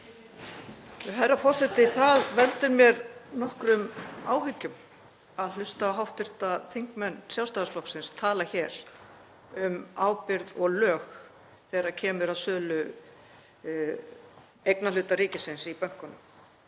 Herra forseti. Það veldur mér nokkrum áhyggjum að hlusta á hv. þingmenn Sjálfstæðisflokksins tala hér um ábyrgð og lög þegar kemur að sölu eignarhluta ríkisins í bönkunum.